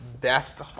best